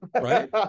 Right